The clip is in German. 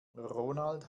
ronald